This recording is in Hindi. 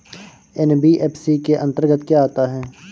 एन.बी.एफ.सी के अंतर्गत क्या आता है?